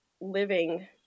living